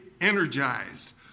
energized